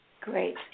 Great